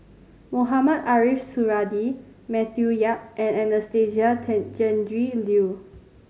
Mohamed Ariff Suradi Matthew Yap and Anastasia Tjendri Liew